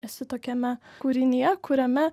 esi tokiame kūrinyje kuriame